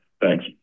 Thanks